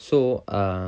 so uh